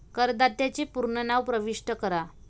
करदात्याचे पूर्ण नाव प्रविष्ट करा